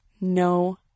no